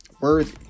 worthy